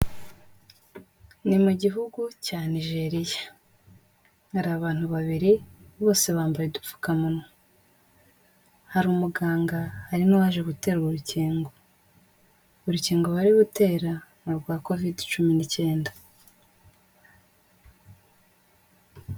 Ni mu gihugu cya Nigeria, hari abantu babiri bose bambaye udupfukamunwa, hari umuganga hari n'uwaje guterwa urukingo. Urukingo bari gutera ni urwa Kovide cumi n'icyenda.